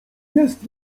jest